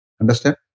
Understand